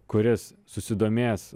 kuris susidomės